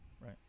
right